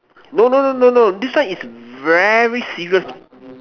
no no no no no this one is very serious